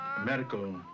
medical